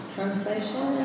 Translation